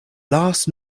last